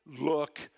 Look